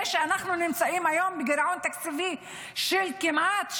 זה שאנחנו נמצאים היום בגירעון תקציבי של כמעט 7%,